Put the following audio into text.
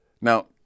Now